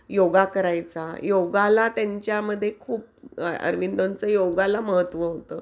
योगा करायचा योगाला त्यांच्यामध्ये खूप अरविंदोंचं योगाला महत्त्व होतं